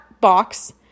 box